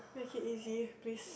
make it easy please